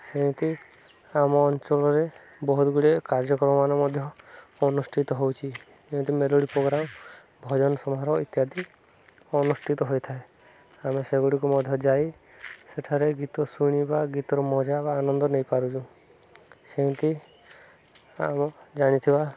ସେମିତି ଆମ ଅଞ୍ଚଳରେ ବହୁତ ଗୁଡ଼ିଏ କାର୍ଯ୍ୟକ୍ରମ ମାନ ମଧ୍ୟ ଅନୁଷ୍ଠିତ ହେଉଛି ଯେମିତି ମେଲୋଡ଼ି ପୋଗ୍ରାମ୍ ଭଜନ ସମାରୋହ ଇତ୍ୟାଦି ଅନୁଷ୍ଠିତ ହୋଇଥାଏ ଆମେ ସେଗୁଡ଼ିକୁ ମଧ୍ୟ ଯାଇ ସେଠାରେ ଗୀତ ଶୁଣି ବା ଗୀତର ମଜା ବା ଆନନ୍ଦ ନେଇପାରୁଛୁ ସେମିତି ଆମ ଜାଣିଥିବା